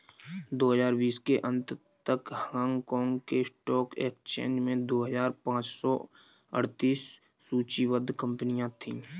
दो हजार बीस के अंत तक हांगकांग के स्टॉक एक्सचेंज में दो हजार पाँच सौ अड़तीस सूचीबद्ध कंपनियां थीं